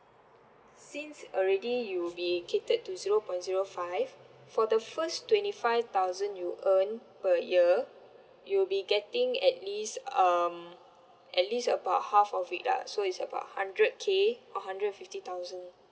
since already you'll be catered to zero point zero five for the first twenty five thousand you earn per year you'll be getting at least um at least about half of it lah so it's about hundred K or hundred and fifty thousand